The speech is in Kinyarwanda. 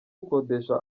ukodesha